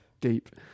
Deep